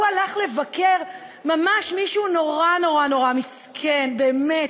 הוא הלך לבקר ממש מישהו נורא נורא נורא מסכן באמת,